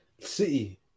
City